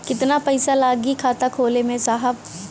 कितना पइसा लागि खाता खोले में साहब?